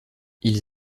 ils